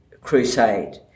Crusade